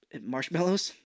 marshmallows